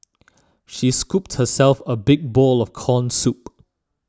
she scooped herself a big bowl of Corn Soup